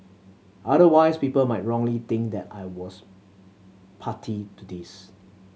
otherwise people might wrongly think that I was party to this